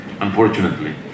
unfortunately